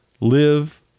live